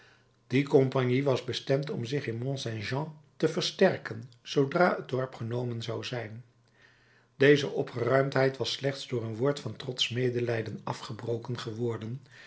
die kompagnie was bestemd om zich in mont saint jean te versterken zoodra het dorp genomen zou zijn deze opgeruimdheid was slechts door een woord van trotsch medelijden afgebroken geworden